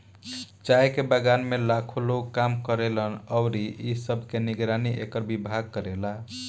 चाय के बगान में लाखो लोग काम करेलन अउरी इ सब के निगरानी एकर विभाग करेला